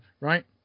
Right